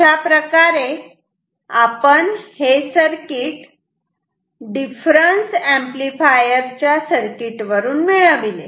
अशाप्रकारे आपण हे सर्किट आपण डिफरन्स एंपलीफायर च्या सर्किट वरून मिळविले